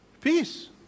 Peace